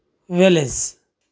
wallace